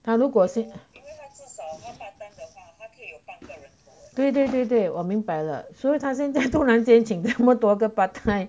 他如果是对对我明白了所以他突然间请那么多个 part time